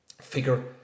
figure